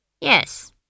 yes